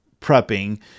prepping